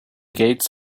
gates